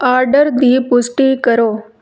order ਦੀ ਪੁਸ਼ਟੀ ਕਰੋ